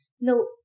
No